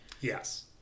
Yes